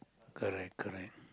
correct correct